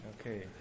Okay